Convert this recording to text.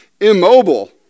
immobile